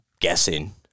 guessing